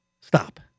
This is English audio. Stop